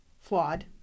flawed